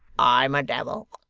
i'm a devil,